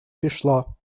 пішла